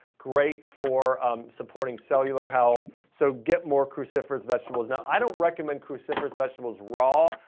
great for supporting cellular health. so get more cruciferous vegetables. now, i don't recommend cruciferous vegetables raw,